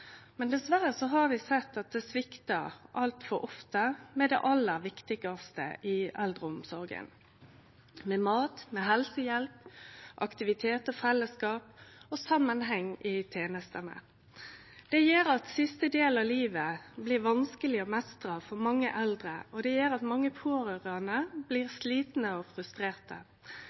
Men dessverre har vi sett at det sviktar altfor ofte når det gjeld det aller viktigaste i eldreomsorga: mat, helsehjelp, aktivitet og fellesskap og samanheng i tenestene. Det gjer at siste del av livet blir vanskeleg å meistre for mange eldre, og det gjer at mange pårørande blir slitne og frustrerte.